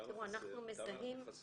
כמה אנחנו חסרים?